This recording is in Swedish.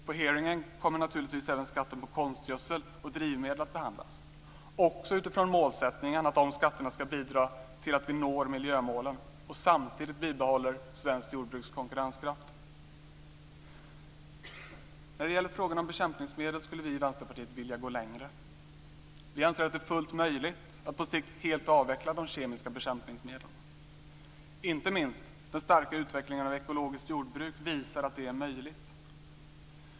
På hearingen kommer naturligtvis även skatter på konstgödsel och drivmedel att behandlas. Det ska också ske utifrån målsättningen att de skatterna ska bidra till att vi når miljömålen och samtidigt bibehåller svenskt jordbruks konkurrenskraft. När det gäller frågan om bekämpningsmedel skulle vi i Vänsterpartiet vilja gå längre. Vi anser att det är fullt möjligt att på sikt helt avveckla de kemiska bekämpningsmedlen. Inte minst den starka utvecklingen av ekologiskt jordbruk visar att det är möjligt.